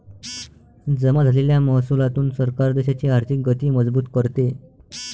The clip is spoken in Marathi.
जमा झालेल्या महसुलातून सरकार देशाची आर्थिक गती मजबूत करते